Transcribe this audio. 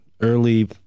early